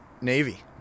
Navy